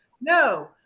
No